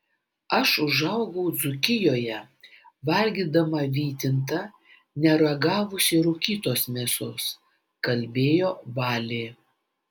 aš užaugau dzūkijoje valgydama vytintą neragavusi rūkytos mėsos kalbėjo valė